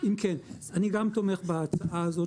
אני גם תומך בהצעה הזו,